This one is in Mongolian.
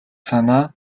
санаа